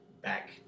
back